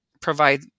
provide